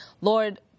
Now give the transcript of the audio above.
Lord